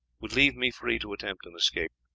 would leave me free to attempt an escape.